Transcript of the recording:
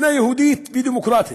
מדינה יהודית ודמוקרטית.